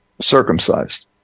circumcised